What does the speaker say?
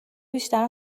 بیشتر